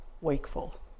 wakeful